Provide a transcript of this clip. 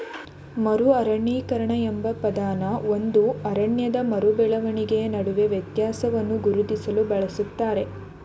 ಮರು ಅರಣ್ಯೀಕರಣ ಎಂಬ ಪದನ ಒಂದು ಅರಣ್ಯದ ಮರು ಬೆಳವಣಿಗೆ ನಡುವೆ ವ್ಯತ್ಯಾಸವನ್ನ ಗುರುತಿಸ್ಲು ಬಳಸಲಾಗ್ತದೆ